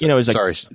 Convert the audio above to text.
Sorry